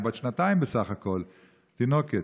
היא בת שנתיים בסך הכול, תינוקת.